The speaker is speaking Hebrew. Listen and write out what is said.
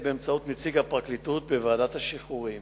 באמצעות נציג הפרקליטות בוועדת השחרורים.